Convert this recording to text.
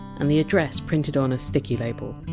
and the address printed onto a sticky label.